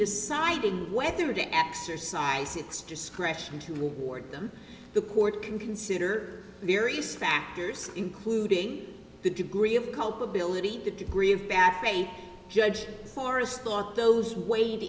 deciding whether to exercise its discretion to award them the court can consider various factors including the degree of culpability the degree of bad faith judge force thought those w